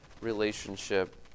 relationship